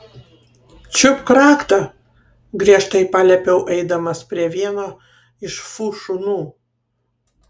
čiupk raktą griežtai paliepiau eidamas prie vieno iš fu šunų